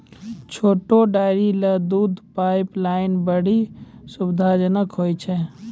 छोटो डेयरी ल दूध पाइपलाइन बड्डी सुविधाजनक होय छै